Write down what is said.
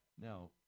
Now